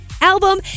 album